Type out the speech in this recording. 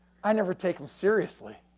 i never take them seriously,